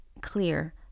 clear